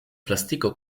plastiku